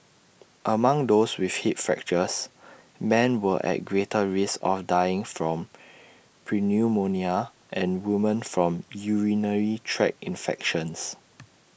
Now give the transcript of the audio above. among those with hip fractures men were at greater risk of dying from pneumonia and women from urinary tract infections